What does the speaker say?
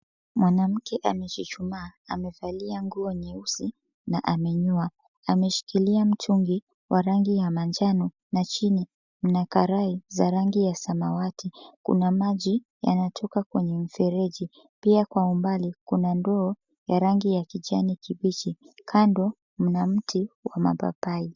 Mwanamke amechuchumaa amevalia nguo nyeusi na amenyoa. Ameshikilia mtungi wa rangi ya manjano na chini mna karai za rangi ya samawati. Kuna maji yanatoka kwenye mfereji. Pia kwa umbali kuna ndoo ya rangi ya kijani kibichi. Kando mna mti wa mapapai.